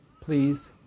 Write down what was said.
please